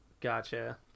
gotcha